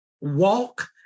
Walk